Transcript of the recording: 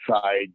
side